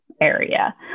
area